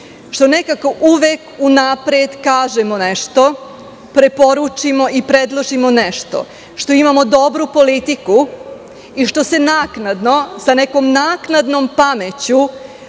što nekako uvek unapred kažemo nešto, preporučimo i predložimo nešto, što imamo dobru politiku, i što se naknadno sa nekom naknadnom pameću,